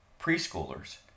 preschoolers